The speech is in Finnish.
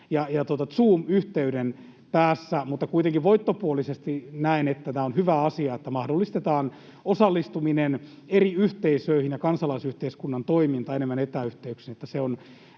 ja Zoom-yhteyden päässä. Mutta kuitenkin voittopuolisesti näen, että tämä on hyvä asia, että mahdollistetaan osallistuminen eri yhteisöissä ja kansalaisyhteiskunnan toiminta enemmän etäyhteyksin.